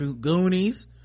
goonies